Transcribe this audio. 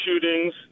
shootings